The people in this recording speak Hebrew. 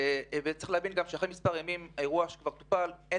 צריך להבין שבחלוף מספר ימים מהאירוע כבר אין